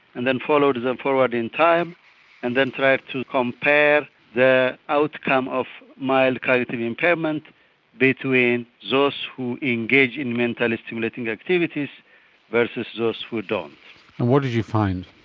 and then followed them forward in time and then tried to compare their outcome of mild cognitive impairment between those who engage in mentally stimulating activities versus those who don't. and what did you find?